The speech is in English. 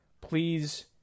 please